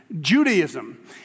Judaism